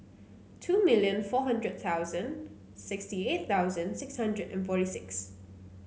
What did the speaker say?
two million four hundred thousand sixty eight thousand six hundred and forty six